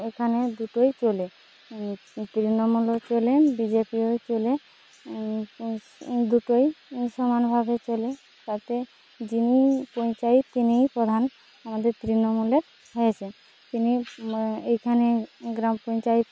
এখানে দুটোই চলে তৃণমূলও চলে বিজেপিও চলে স্ দুটোই সমানভাবে চলে তাতে যিনিই পঞ্চায়েত তিনিই প্রধান আমাদের তৃণমূলের হয়েছে তিনি এখানে গ্রাম পঞ্চায়েত